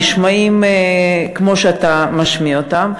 נשמעים כמו שאתה משמיע אותם,